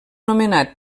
nomenat